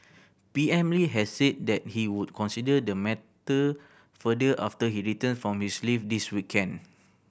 P M Lee has said that he would consider the matter further after he return from his leave this weekend